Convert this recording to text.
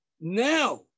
Now